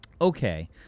Okay